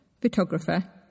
photographer